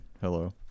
Hello